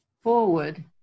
forward